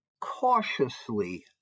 cautiously